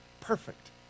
perfect